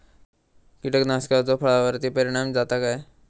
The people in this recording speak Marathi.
कीटकनाशकाचो फळावर्ती परिणाम जाता काय?